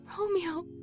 Romeo